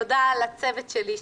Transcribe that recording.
תודה לצוות שלי,